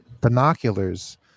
binoculars